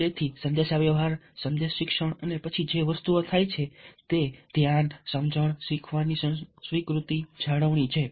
તેથી સંદેશાવ્યવહાર સંદેશ શિક્ષણ અને પછી જે વસ્તુઓ થાય છે તે ધ્યાન સમજણ શીખવાની સ્વીકૃતિ જાળવણી છે